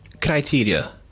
criteria